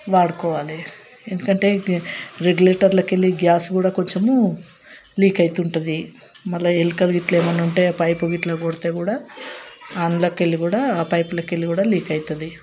వాడుకోవాలి ఎందుకంటే రెగ్యులేటర్లకెల్లి గ్యాస్ కూడ కొంచెము లీక్ అవుతుంటుంది మల్లా ఎలకలు గిట్ల ఏమన్నా ఉంటే పైపు గిట్లా కొడితే కూడ అందులోకెళ్లి కూడా ఆ పైపులోకి వెళ్ళి కూడా లీక్ అవుతుంది